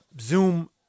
zoom